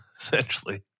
essentially